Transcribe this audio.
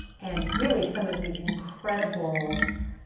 and really some of the incredible